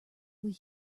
will